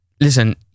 listen